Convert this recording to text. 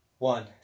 One